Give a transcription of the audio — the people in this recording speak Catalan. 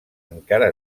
encara